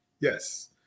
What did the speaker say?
Yes